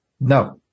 no